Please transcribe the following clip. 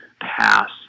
pass